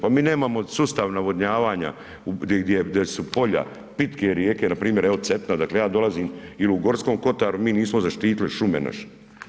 Pa mi nemamo sustav navodnjavanja gdje su polja, pitke rijeke, npr. evo Cetina odakle ja dolazim ili u Gorskom kotaru mi nismo zaštitili šume naše.